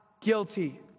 guilty